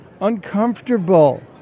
uncomfortable